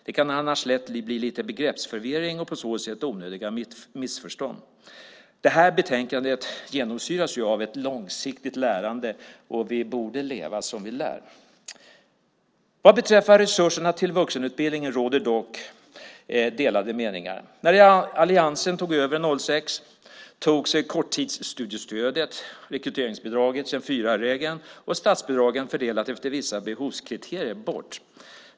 Annars kan det lätt bli lite begreppsförvirring och på så sätt onödiga missförstånd. Det här betänkandet genomsyras av ett långsiktigt lärande, så vi borde leva som vi lär. Om resurserna till vuxenutbildningen råder det dock delade meningar. År 2006 då alliansen tog över tog man bort korttidsstudiestödet, rekryteringsbidraget, 25:4-regeln och statsbidragen fördelade efter vissa behovskriterier.